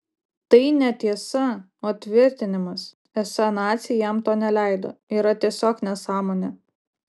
tai netiesa o tvirtinimas esą naciai jam to neleido yra tiesiog nesąmonė